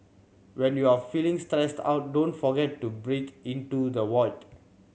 when you are feeling stressed out don't forget to breathe into the void